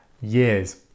years